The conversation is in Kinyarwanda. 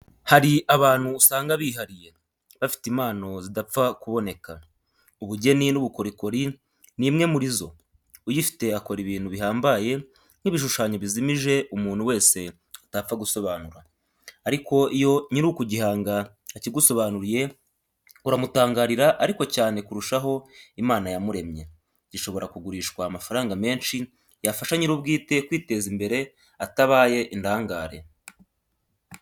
Hari abantu usanga bihariye, bafite impano zidapfa kuboneka. Ubugeni n'ubukorikori ni imwe muri izo, uyifite akora ibintu bihambaye nk'ibishushanyo bizimije umuntu wese atapfa gusobanura, ariko iyo nyir'ukugihanga akigusobanuriye uramutangarira ariko cyane kurushaho Imana yamuremye. Gishobora kugurishwa amafaranga menshi yafasha nyir'ubwite kwiteza imbere atabaye indangare.